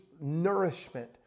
nourishment